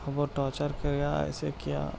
ہم کو ٹارچر کیا ایسے کیا